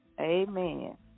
amen